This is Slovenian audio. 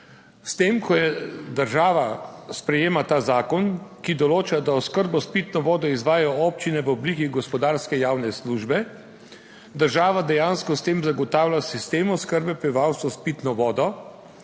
S tem, ko je država, sprejema ta zakon, ki določa, da oskrbo s pitno vodo izvajajo občine v obliki gospodarske javne službe. Država dejansko s tem zagotavlja sistem oskrbe prebivalstva s pitno vodo,